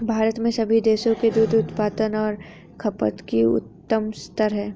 भारत में सभी देशों के दूध उत्पादन और खपत का उच्चतम स्तर है